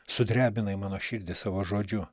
sudrebinai mano širdį savo žodžiu